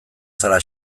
zara